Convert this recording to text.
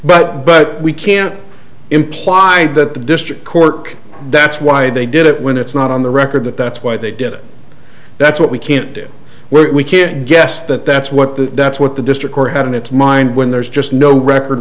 but but we can't implied that the district court that's why they did it when it's not on the record that that's why they did it that's what we can't do when we can guess that that's what the that's what the district were had in its mind when there's just no record